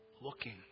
looking